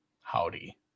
howdy